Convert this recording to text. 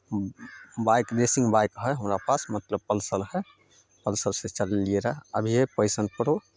bike racing bike हइ हमरा पास मतलब पल्सर हइ पल्सरसँ चलेलियै रहय अभी हइ पैशन प्रो